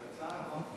קצר?